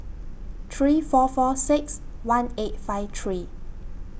three four four six one eight five three